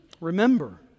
remember